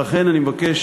לכן אני מבקש